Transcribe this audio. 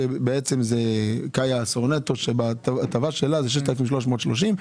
שבעצם קיה סורנטו שבהטבה שלה זה 6,330 ₪,